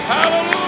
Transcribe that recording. Hallelujah